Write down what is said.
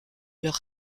leur